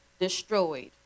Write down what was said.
destroyed